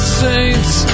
saints